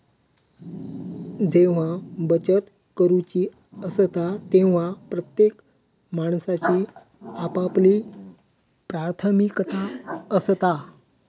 जेव्हा बचत करूची असता तेव्हा प्रत्येक माणसाची आपापली प्राथमिकता असता